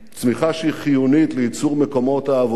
צמיחה שהיא חיונית לייצור מקומות עבודה,